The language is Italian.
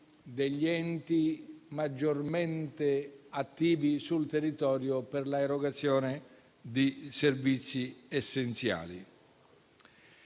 degli enti maggiormente attivi sul territorio per l'erogazione dei servizi essenziali.